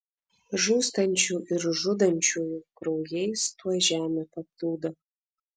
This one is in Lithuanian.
žūstančių ir žudančiųjų kraujais tuoj žemė paplūdo